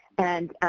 and,